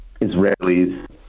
Israelis